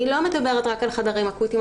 אני לא מדברת רק על החדרים האקוטיים.